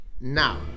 now